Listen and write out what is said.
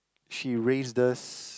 she raised us